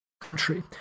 country